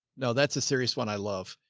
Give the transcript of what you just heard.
no, that's a serious one. i love.